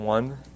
One